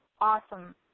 awesome